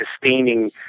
sustaining